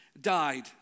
died